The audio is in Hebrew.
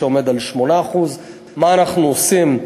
שעומד על 8%. מה אנחנו עושים?